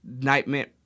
Nightmare